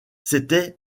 c’étaient